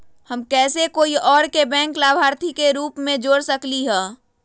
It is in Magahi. हम कैसे कोई और के बैंक लाभार्थी के रूप में जोर सकली ह?